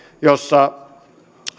joissa